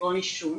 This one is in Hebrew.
כגון עישון,